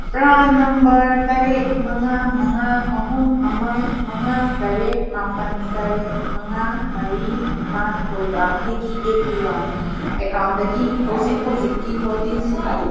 PRAN number ꯇꯔꯦꯠ ꯃꯉꯥ ꯃꯉꯥ ꯑꯍꯨꯝ ꯑꯃ ꯃꯉꯥ ꯇꯔꯦꯠ ꯃꯥꯄꯜ ꯇꯔꯦꯠ ꯃꯉꯥ ꯃꯔꯤ ꯅꯤꯄꯥꯜ ꯑꯣꯏꯕ ꯑꯩꯒꯤ ꯑꯦ ꯄꯤ ꯋꯥꯏ ꯑꯦꯀꯥꯎꯟꯗꯒꯤ ꯍꯧꯖꯤꯛ ꯍꯧꯖꯤꯛꯀꯤ ꯍꯣꯜꯗꯤꯡꯁꯤꯡ ꯑꯗꯨ ꯎꯠꯂꯨ